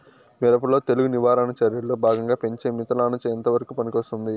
మిరప లో తెగులు నివారణ చర్యల్లో భాగంగా పెంచే మిథలానచ ఎంతవరకు పనికొస్తుంది?